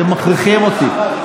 אתם מכריחים אותי.